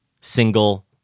single